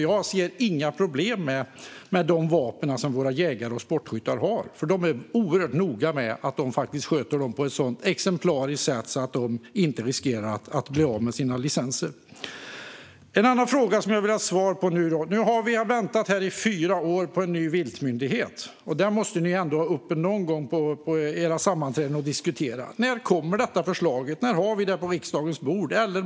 Jag ser inga problem med de vapen som våra jägare och sportskyttar har, för de är oerhört noga med att sköta vapnen på ett så exemplariskt sätt att de inte riskerar att bli av med sina licenser. Jag har också en annan fråga som jag vill ha svar på. Nu har vi väntat i fyra år på en ny viltmyndighet. Den måste ni väl ändå ha uppe någon gång på era sammanträden och diskutera. När kommer förslaget? När har vi det på riksdagens bord?